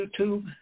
YouTube